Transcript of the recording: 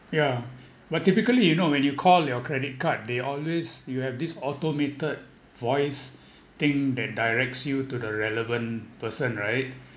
yeah but typically you know when you call your credit card they always you have this automated voice thing that directs you to the relevant person right